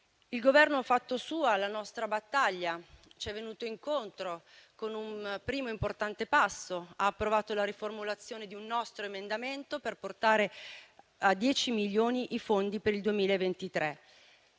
Il Governo ha fatto sua la nostra battaglia e ci è venuto incontro con un primo importante passo, approvando la riformulazione di un nostro emendamento per portare a 10 milioni i fondi per il 2023.